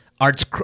arts